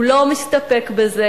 הוא לא מסתפק בזה.